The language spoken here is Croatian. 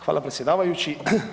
Hvala predsjedavajući.